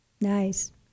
Nice